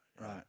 Right